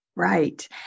Right